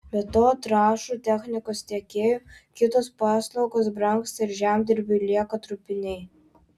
be to trąšų technikos tiekėjų kitos paslaugos brangsta ir žemdirbiui lieka trupiniai